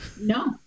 No